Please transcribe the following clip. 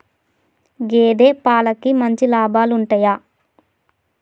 గేదే పాలకి మంచి లాభాలు ఉంటయా?